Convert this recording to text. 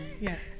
yes